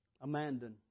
Amanda